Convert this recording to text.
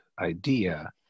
idea